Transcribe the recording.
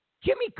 Jimmy